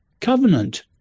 covenant